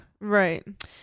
right